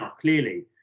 clearly